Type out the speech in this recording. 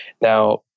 Now